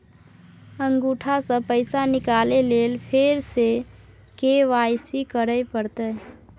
अंगूठा स पैसा निकाले लेल फेर स के.वाई.सी करै परतै?